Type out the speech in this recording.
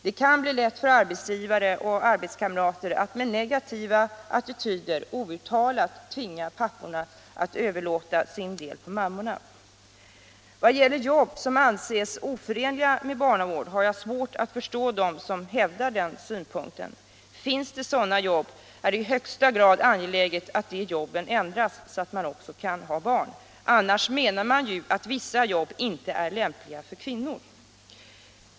Det kan bli lätt för arbetsgivare och arbetskamrater att med negativa attityder outtalat tvinga papporna att överlåta sin del på mammorna. Vad gäller jobb som anses oförenliga med barnavård har jag svårt att förstå dem som hävdar den synpunkten. Finns det sådana jobb är det i högsta grad angeläget att de ändras så att man också kan ha barn.